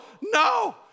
no